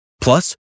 Plus